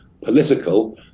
political